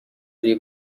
روی